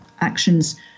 Actions